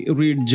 read